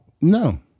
No